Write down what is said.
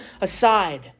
aside